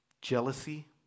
jealousy